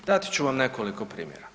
Dati ću vam nekoliko primjera.